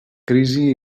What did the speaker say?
crisi